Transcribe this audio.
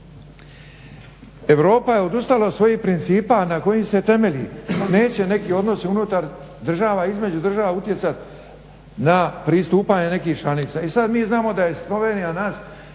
Europa je odustala od svojih principa na kojim se temelji. Neće neki odnosi unutar država i između država utjecati na pristupanje nekih članica. I sada mi znamo da je Slovenija nas